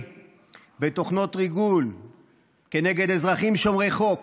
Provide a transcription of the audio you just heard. בתוכנות ריגול כנגד אזרחים שומרי חוק